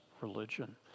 religion